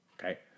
okay